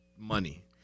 money